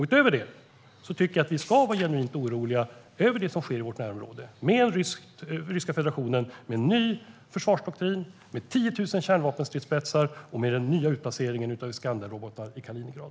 Utöver det tycker jag att vi ska vara genuint oroliga över det som sker i vårt närområde med den ryska federationen och en ny försvarsdoktrin med 10 000 kärnvapenstridsspetsar och den nya utplaceringen av Iskanderrobotar i Kaliningrad.